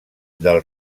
del